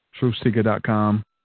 Truthseeker.com